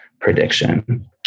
prediction